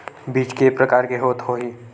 बीज के प्रकार के होत होही?